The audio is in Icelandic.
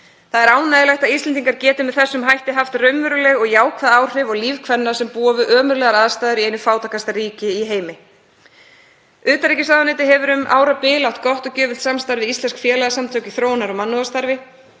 Það er ánægjulegt að Íslendingar geti með þessum hætti haft raunveruleg og jákvæð áhrif á líf kvenna sem búa við ömurlegar aðstæður í einu fátækasta ríki í heimi. Utanríkisráðuneytið hefur um árabil átt gott og gjöfult samstarf við íslensk félagasamtök í þróunar- og mannúðarstarfi.